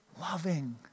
loving